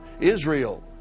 Israel